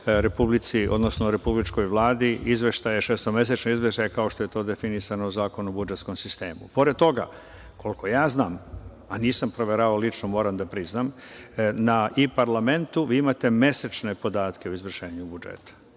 odnosno republičkoj Vladi izveštaje, šestomesečne izveštaje kao što je to definisano Zakonom o budžetskom sistemu. Pored toga, koliko ja znam, a nisam proveravao lično, moram da priznam, na i-parlamentu vi imate mesečne podatke o izvršenju budžeta.